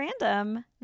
random